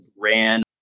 ran